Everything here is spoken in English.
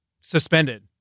suspended